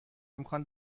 امکان